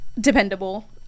dependable